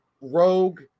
Rogue